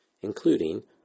including